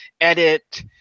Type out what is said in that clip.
edit